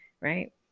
Right